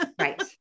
Right